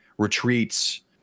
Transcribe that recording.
retreats